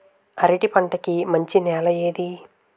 అరటి పంట కి మంచి నెల ఏది?